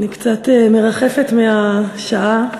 אני קצת מרחפת מהשעה.